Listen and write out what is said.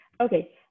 Okay